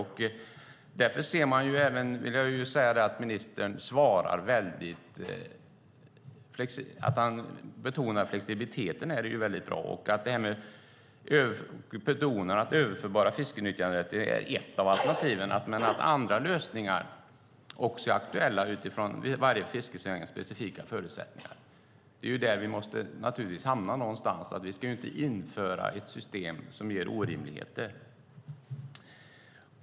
Det är väldigt bra att ministern betonar flexibiliteten och att överförbara fiskenyttjanderättigheter är ett av alternativen. Men också andra lösningar är aktuella utifrån varje fiskes specifika förutsättningar. Det är där någonstans vi måste hamna. Vi ska inte införa ett system som ger orimligheter.